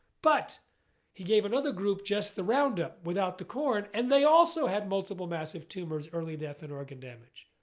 but he gave another group just the roundup without the corn and they also had multiple massive tumors, early death, and organ damage.